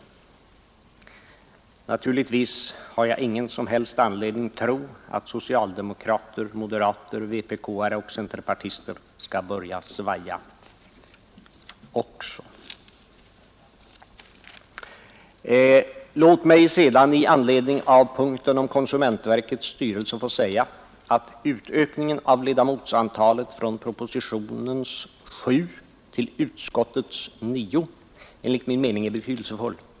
Naturligtvis har jag ingen som helst anledning tro att socialdemokrater, moderater, vpk:are och centerpartister skall börja svaja — också. Låt mig sedan i anledning av punkten om konsumentverkets styrelse få säga att utökningen av ledamotsantalet från propositionens sju till utskottets nio enligt min mening är betydelsefull.